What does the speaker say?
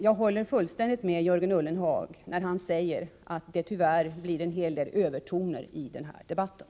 Jag håller fullständigt med Jörgen Ullenhag när han säger att det tyvärr förekommer en hel del övertoner i den här debatten.